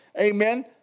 Amen